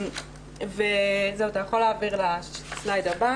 (מוקרן שקף שכותרתו: שוויון זה לכולם/ן - בפונט שונה.)